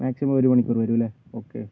maximum ഒരു മണിക്കൂറ് വരും അല്ലേ ഓക്കെ